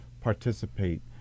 participate